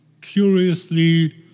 curiously